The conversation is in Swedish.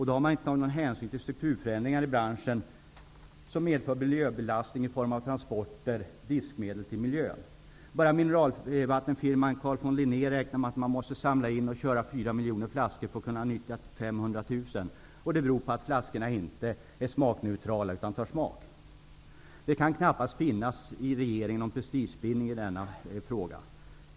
Då har man inte tagit någon hänsyn till strukturförändringar i branschen, som medför miljöbelastning i form av transporter eller diskmedel i miljön. Bara mineralvattenfirman Carl von Linné räknar med att man måste samla in och köra 4 miljoner flaskor för att kunna nyttja 500 000. Det beror på att flaskorna inte är smakneutrala utan tar smak av innehållet. Det kan knappast finnas någon prestigebindning i regeringen i denna fråga.